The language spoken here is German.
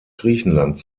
griechenland